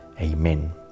Amen